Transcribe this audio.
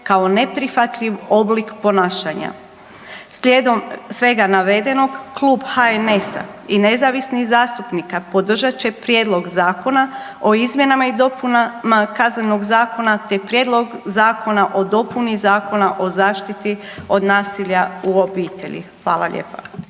kao neprihvatljiv oblik ponašanja. Slijedom svega navedenog klub HNS-a i nezavisnih zastupnika podržat će Prijedlog zakona o izmjenama i dopunama Kaznenog zakona, te Prijedlog zakona o dopuni Zakona o zaštiti od nasilja u obitelji. Hvala lijepa.